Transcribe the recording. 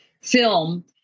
film